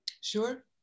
sure